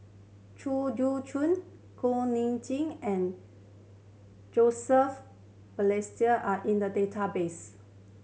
Chew Joo Kuak Nam Jin and Joseph Balestier are in the database